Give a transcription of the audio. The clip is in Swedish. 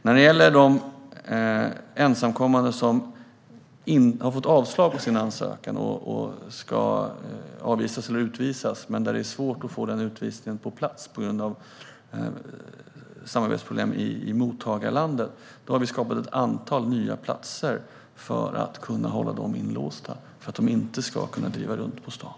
När det gäller de ensamkommande som har fått avslag på sin ansökan och ska utvisas men där det är svårt att få utvisningen verkställd på grund av samarbetsproblem med mottagarlandet har vi skapat ett antal nya platser för att kunna hålla dem inlåsta, så att de inte ska kunna driva runt på stan.